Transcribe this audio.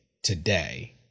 Today